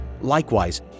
Likewise